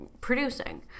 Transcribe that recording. producing